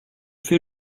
fais